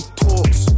talks